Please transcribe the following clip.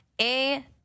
A-